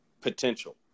potential